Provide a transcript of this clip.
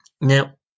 Now